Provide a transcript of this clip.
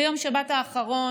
ביום שבת האחרון